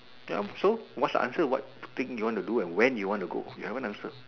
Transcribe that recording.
yep so what's the answer what thing you wanna do and when you wanna go you haven't answer